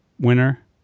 Winner